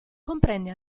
comprende